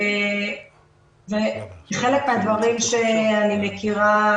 חלק מהדברים שאני מכירה